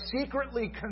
secretly